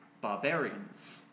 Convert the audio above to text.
Barbarians